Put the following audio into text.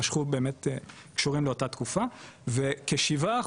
וכ- 7% הם עובדים שנוכו להם הכספים,